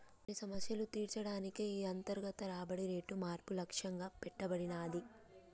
కొన్ని సమస్యలు తీర్చే దానికి ఈ అంతర్గత రాబడి రేటు మార్పు లక్ష్యంగా పెట్టబడినాది